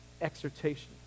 exhortation